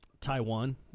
Taiwan